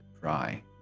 dry